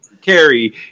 Carrie